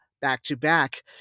Back-to-back